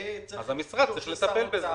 וצריך לפנות -- אז המשרד צריך לטפל בזה.